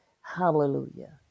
Hallelujah